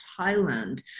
Thailand